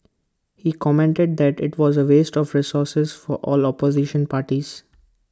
he commented that IT was A waste of resources for all opposition parties